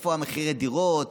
איפה מחירי הדירות?